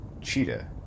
Cheetah